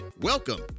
Welcome